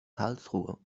karlsruhe